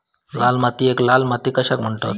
लाल मातीयेक लाल माती कशाक म्हणतत?